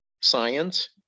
science